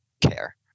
care